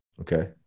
okay